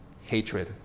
hatred